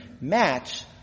match